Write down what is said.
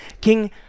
King